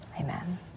amen